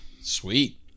Sweet